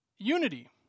unity